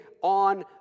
on